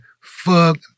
fuck